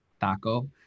Taco